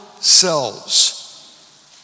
selves